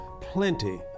plenty